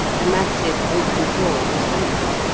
the massive oaken door was open,